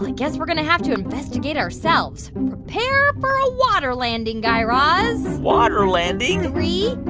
like guess we're going to have to investigate ourselves. prepare for a water landing, guy raz water landing? three,